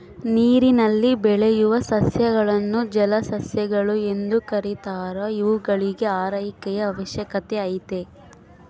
ನೀರಿನಲ್ಲಿ ಬೆಳೆಯುವ ಸಸ್ಯಗಳನ್ನು ಜಲಸಸ್ಯಗಳು ಎಂದು ಕೆರೀತಾರ ಇವುಗಳಿಗೂ ಆರೈಕೆಯ ಅವಶ್ಯಕತೆ ಐತೆ